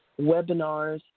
webinars